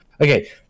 Okay